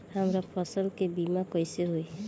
हमरा फसल के बीमा कैसे होई?